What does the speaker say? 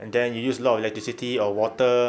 and then you use a lot of electricity or water